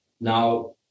Now